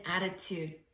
attitude